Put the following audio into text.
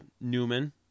Newman